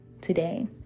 today